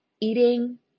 eating